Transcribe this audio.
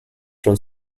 from